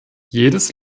jedes